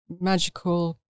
magical